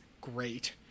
great